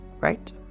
right